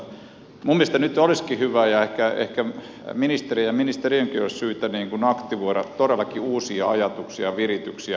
minun mielestäni nyt olisikin hyvä ja ehkä ministerin ja ministeriönkin olisi syytä aktivoida todellakin uusia ajatuksia ja virityksiä